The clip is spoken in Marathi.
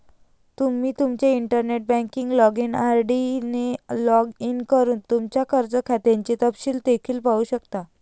तुम्ही तुमच्या इंटरनेट बँकिंग लॉगिन आय.डी ने लॉग इन करून तुमच्या कर्ज खात्याचे तपशील देखील पाहू शकता